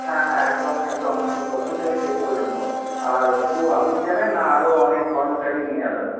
হ্যাঁ হ্যাঁ একদম একদম একদম প্রথম থেকে শেষ পর্যন্ত আর শুধু আপনিই যাবেন না আরও অনেক কর্মচারী নিয়ে যাবেন